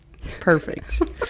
Perfect